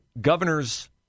Governors